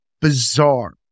bizarre